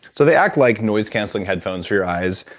so they act like noise canceling headphones for your eyes.